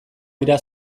dira